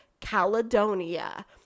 Caledonia